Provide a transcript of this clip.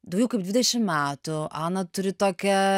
daugiau kaip dvidešimt metų ana turi tokią